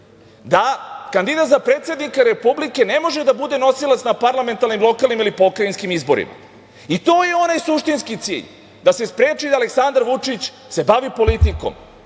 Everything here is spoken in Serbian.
da kandidat za predsednika Republike ne može da bude nosilac na parlamentarnim, lokalnim ili pokrajinskim izborima. To je onaj suštinski cilj, da se spreči da se Aleksandar Vučić bavi politikom,